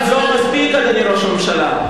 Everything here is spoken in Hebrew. בכך לא מספיק, ראש הממשלה.